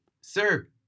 sir